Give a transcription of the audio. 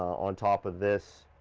on top of this,